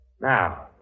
Now